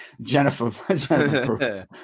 Jennifer